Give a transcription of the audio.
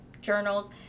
journals